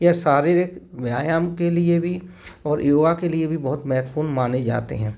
यह शारीरिक व्यायाम के लिए भी और योग के लिए भी बहुत महत्वपूर्ण माने जाते हैं